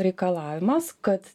reikalavimas kad